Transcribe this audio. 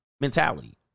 mentality